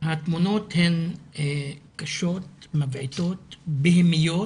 התמונות הן קשות, מבעיתות, בהמיות